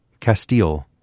Castile